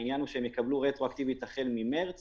יקבלו רטרואקטיבית ממרץ